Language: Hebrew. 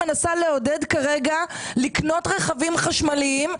מנסה לעודד כרגע לקנות רכבים חשמליים,